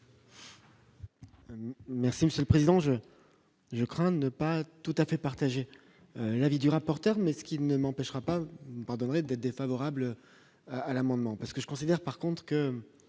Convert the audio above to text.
Merci Monsieur le Président, je je crains de ne pas tout à fait partager l'avis du rapporteur, mais ce qui ne m'empêchera pas pardonné d'être défavorable à l'amendement parce que je considère par contre que.